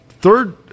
Third